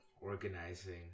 organizing